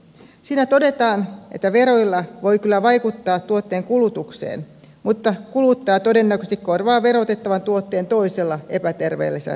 siinä todetaan että veroilla voi kyllä vaikuttaa tuotteen kulutukseen mutta kuluttaja todennäköisesti korvaa verotettavan tuotteen toisella epäterveellisellä tuotteella